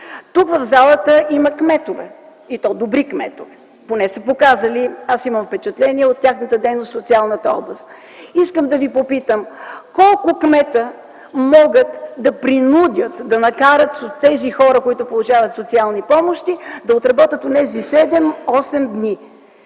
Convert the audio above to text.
Тук, в залата, има кметове, и то добри кметове, поне са показали. Аз имам впечатление от тяхната дейност в социалната област. Искам да ви попитам, колко кмета могат да принудят, да накарат тези хора, които получават социални помощи, да отработват онези 7-8 дни?